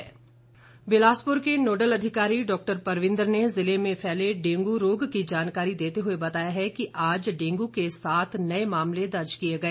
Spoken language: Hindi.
डेंगू बिलासपुर के नोडल अधिकारी डॉक्टर परविन्द्र ने ज़िले में फैले डेंगू रोग की जानकारी देते हुए बताया है कि आज डेंगू के सात नए मामले दर्ज किए गए